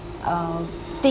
um think